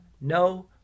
no